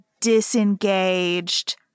disengaged